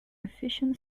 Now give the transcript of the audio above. efficient